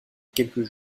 quelques